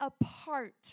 apart